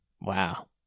Wow